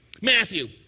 Matthew